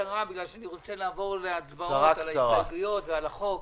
מבקש שתקצרו כי אני רוצה לעבור להצבעות על נוסח החוק ועל ההסתייגויות.